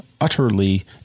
utterly